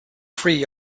free